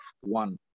one